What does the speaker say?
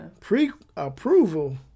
Pre-approval